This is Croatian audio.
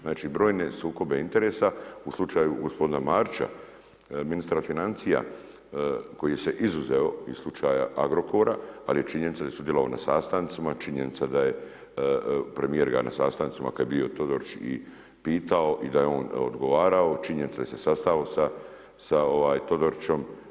Znače brojne sukobe interesa u slučaju gospodina Marića, ministra financija, koji se izuzeo iz slučaja Agrokora, ali je činjenica da je sudjelovao na sastancima, činjenica da je premijer … sastancima kada je bio Todorić i pitao i da je on odgovarao, činjenica je da su se sastali sa Todorićom.